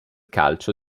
calcio